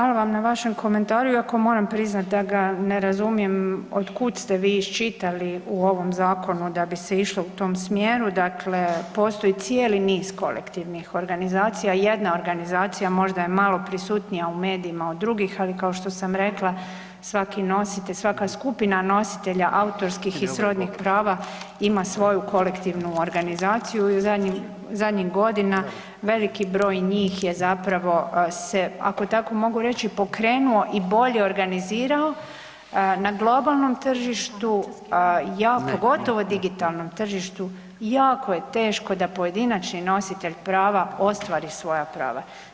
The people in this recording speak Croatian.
Hvala vam na vašem komentaru iako moram priznat da ga ne razumijem, otkud ste vi iščitali u ovom zakonu da bi se išlo u tom smjeru, dakle postoji cijeli niz kolektivnih organizacija, jedna organizacija možda je malo prisutnija u medijima od drugih ali kao što sam rekla, svaki skupina nositelja autorskih i srodnih prava ima svoju kolektivu organizaciju, zadnjih godina veliki broj njih je zapravo se ako tamo mogu reći, pokrenuo i bolje organizirao na globalnom tržištu, a pogotovo digitalnom tržištu, jako je teško da pojedinačni nositelj prava ostvari svoja prava.